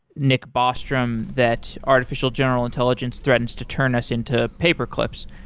nick bostrom that artificial general intelligence threatens to turn us into paperclips.